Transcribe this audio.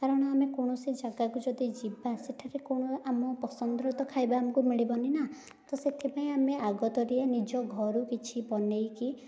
କାରଣ ଆମେ କୌଣସି ଜାଗାକୁ ଯଦି ଯିବା ସେଠାରେ କ'ଣ ଆମ ପସନ୍ଦର ତ ଖାଇବା ଆମକୁ ମିଳିବନି ନା ତ ସେଥିପାଇଁ ଆମେ ଆଗତରିଆ ନିଜ ଘରୁ କିଛି ବନେଇକି